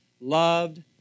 loved